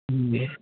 جی